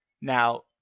Now